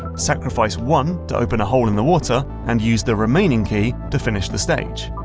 sacrifice one to open a hole in the water, and use the remaining key to finish the stage.